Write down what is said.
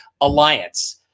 alliance